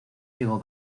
llegó